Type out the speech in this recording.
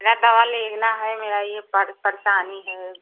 मेरी दवा लेना है मेरा यह पर परेशानी है